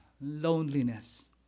loneliness